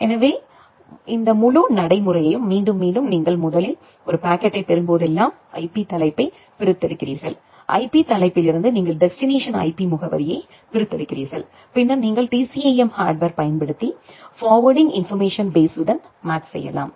எனவே இந்த முழு நடைமுறையையும் மீண்டும் மீண்டும் நீங்கள் முதலில் ஒரு பாக்கெட்டைப் பெறும்போதெல்லாம் ஐபி தலைப்பைப் பிரித்தெடுக்கிறீர்கள் ஐபி தலைப்பிலிருந்து நீங்கள் டெஸ்டினேஷன் ஐபி முகவரியைப் பிரித்தெடுக்கிறீர்கள் பின்னர் நீங்கள் TCAM ஹார்ட்வேர் பயன்படுத்தி ஃபார்வேர்டிங் இன்போர்மேஷன் பேஸ்ஸுடன் மேட்ச் செய்யலாம்